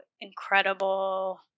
incredible